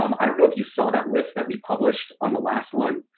um i don't know if you saw that list that we published on the last one,